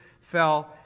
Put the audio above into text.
fell